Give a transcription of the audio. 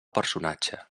personatge